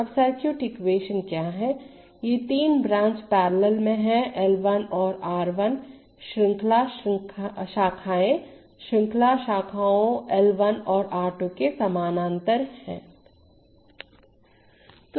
अब circuit equation क्या है ये तीन ब्रांच पैरेलल में हैं L1 और R1 श्रृंखला शाखाएं श्रृंखला शाखाओं L 2 और R2 के समानांतर हैं